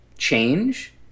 Change